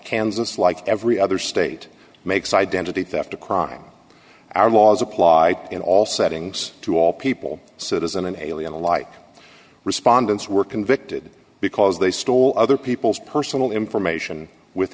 kansas like every other state makes identity theft a crime our laws apply in all settings to all people citizen and alien alike respondents were convicted because they stole other people's personal information with